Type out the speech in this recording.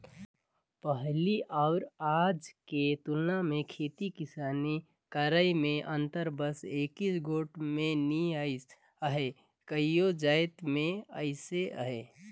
पहिली अउ आज के तुलना मे खेती किसानी करई में अंतर बस एकेच गोट में नी अइस अहे कइयो जाएत में अइस अहे